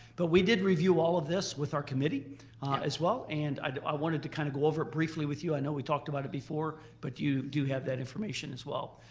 but we did review all of this with our committee committee as well and i wanted to kind of go over it briefly with you. i know we talked about it before but you do have that information as well.